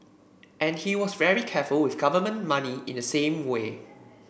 and he was very careful with government money in the same way